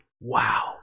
Wow